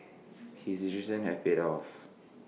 his decision has paid off